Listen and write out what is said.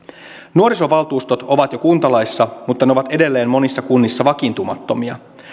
nuorisovaltuustot ovat jo kuntalaissa mutta ne ovat edelleen monissa kunnissa vakiintumattomia